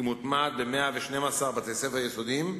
היא מוטמעת ב-112 בתי-ספר יסודיים,